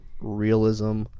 realism